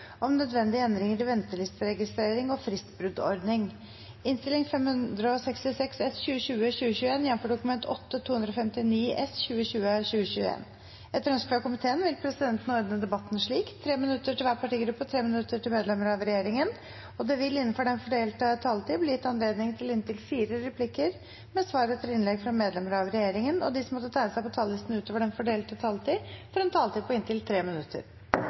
minutter til medlemmer av regjeringen. Videre vil det – innenfor den fordelte taletid – bli gitt anledning til inntil fire replikker med svar etter innlegg fra medlemmer av regjeringen, og de som måtte tegne seg på talerlisten utover den fordelte taletid, får en taletid på inntil 3 minutter.